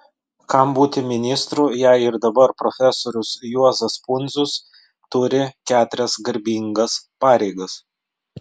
kam būti ministru jei ir dabar profesorius juozas pundzius turi keturias garbingas pareigas